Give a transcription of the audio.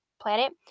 planet